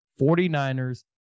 49ers